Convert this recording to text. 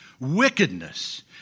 wickedness